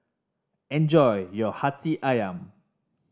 enjoy your Hati Ayam